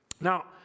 Now